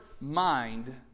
Mind